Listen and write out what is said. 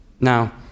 Now